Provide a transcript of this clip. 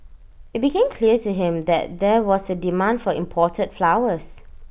IT became clear to him that there was A demand for imported flowers